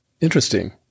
Interesting